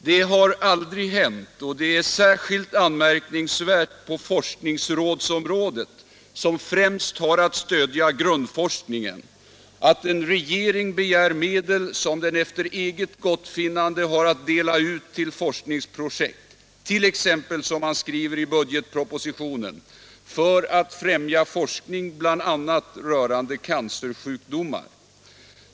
Det har aldrig tidigare hänt, och det är särskilt anmärkningsvärt när det gäller forskningsråden, som främst har att stödja grundforskningen, att en regering begärt medel som den efter eget gottfinnande har att dela ut till forskningsprojekt, t.ex. Nr 84 - som man skriver i budgetpropositionen — för att främja forskning bl.a. rörande cancersjukdomar.